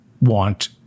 want